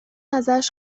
ازش